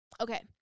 Okay